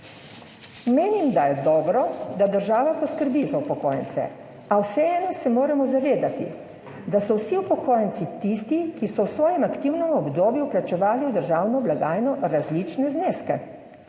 Menim, da je dobro, da država poskrbi za upokojence, a vseeno se moramo zavedati, da so vsi upokojenci tisti, ki so v svojem aktivnem obdobju plačevali v državno blagajno različne zneske.